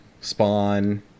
Spawn